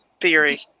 theory